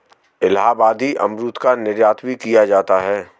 इलाहाबादी अमरूद का निर्यात भी किया जाता है